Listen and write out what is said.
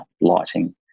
lighting